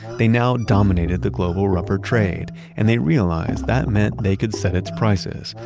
they now dominated the global rubber trade and they realized that meant they could set its prices,